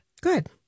Good